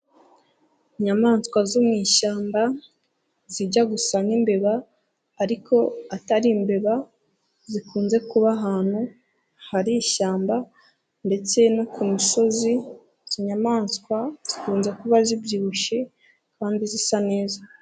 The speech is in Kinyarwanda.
Inyamaswa zo mu ishyamba zijya gusa nk'imbeba ariko atari imbeba, zikunze kuba ahantu hari ishyamba ndetse no ku misozi, izi nyamanswa zikunze kuba zibyibushye kandi zisa neza.